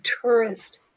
tourist